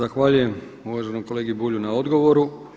Zahvaljujem uvaženom kolegi Bulju na odgovoru.